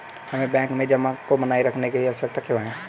हमें बैंक में जमा को बनाए रखने की आवश्यकता क्यों है?